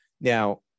now